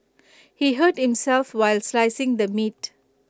he hurt himself while slicing the meat